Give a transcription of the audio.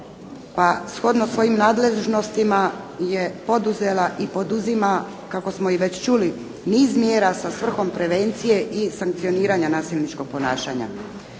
pa shodno svojim nadležnostima je poduzela i poduzima kako smo već čuli niz mjera sa svrhom prevencije i sankcioniranja nasilničkog ponašanja.